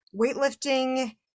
weightlifting